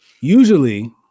Usually